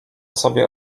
sobie